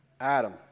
Adam